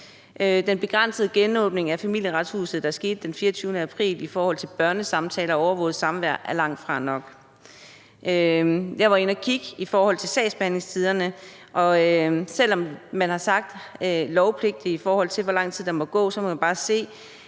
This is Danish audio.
Den begrænsede genåbning af Familieretshuset, der skete den 24. april, i forhold til børnesamtaler og overvåget samvær er langtfra nok. Jeg var inde at kigge på sagsbehandlingstiderne, og selv om man har sagt, hvor lang tid der lovpligtigt må gå, kan man se,